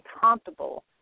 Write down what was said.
comfortable